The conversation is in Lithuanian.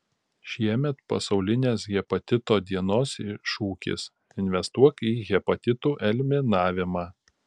šiemet pasaulinės hepatito dienos šūkis investuok į hepatitų eliminavimą